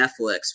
Netflix